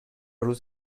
روز